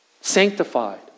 sanctified